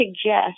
suggest